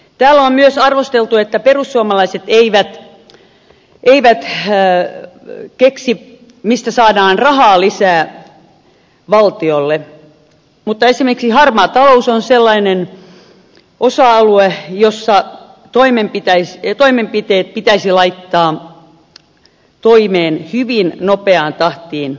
täällä on myös arvosteltu että perussuomalaiset eivät keksi mistä saadaan rahaa lisää valtiolle mutta esimerkiksi harmaa talous on sellainen osa alue jolla toimenpiteet pitäisi laittaa toimeen hyvin nopeaan tahtiin